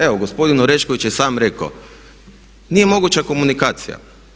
Evo gospodin Orešković je sam rekao, nije moguća komunikacija.